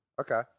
okay